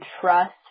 trust